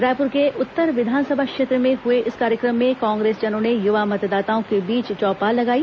रायपूर के उत्तर विधानसभा क्षेत्र में हए इस कार्यक्रम में कांग्रेसजनों ने युवा मतदाताओं के बीच चौपाल लगाई